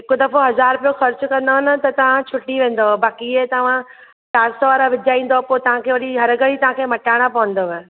हिकु दफ़ो हज़ार रुपियो खर्च कंदा न त तव्हां छुटी वेंदा बाक़ी ईअं तव्हां चार सौ वारा विझाईंदा पोइ तव्हांखे वरी हर घड़ी तव्हांखे मटाइणा पवंदा